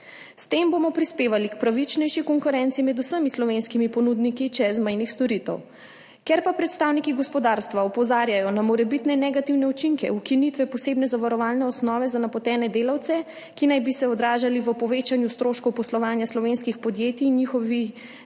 S tem bomo prispevali k pravičnejši konkurenci med vsemi slovenskimi ponudniki čezmejnih storitev. Ker pa predstavniki gospodarstva opozarjajo na morebitne negativne učinke ukinitve posebne zavarovalne osnove za napotene delavce, ki naj bi se odražali v povečanju stroškov poslovanja slovenskih podjetij in njihovi